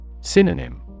Synonym